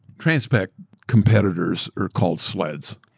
transpac competitors are called sleds.